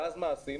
ואז מה עשינו,